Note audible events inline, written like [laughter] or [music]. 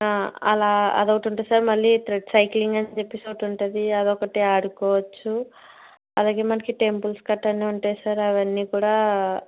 అలా అదొకటి ఉంటుంది సార్ మళ్ళీ [unintelligible] సైక్లింగ్ అని చెప్పేసి ఒకటి ఉంటుంది అదొకటి ఆడుకోవచ్చు అలాగే మనకి టెంపుల్స్ కట్టా అన్ని ఉంటాయి సార్ అవన్నీ కూడా